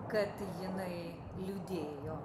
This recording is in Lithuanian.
kad jinai liūdėjo